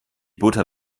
butter